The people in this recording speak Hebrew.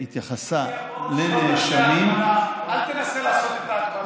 התייחסה לנאשמים, אל תנסה לעשות את ההקבלה הזאת.